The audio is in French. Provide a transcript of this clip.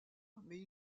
mais